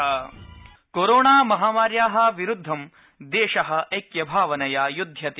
Covid आपनिंग कोरोणामहामार्या विरुद्धं देश ऐक्यभावनया युद्धयति